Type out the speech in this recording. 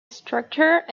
structure